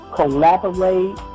collaborate